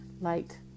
light